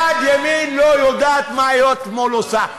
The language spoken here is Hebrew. יד ימין לא יודעת מה יד שמאל עושה.